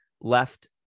left